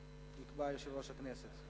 יקבע יושב-ראש הכנסת.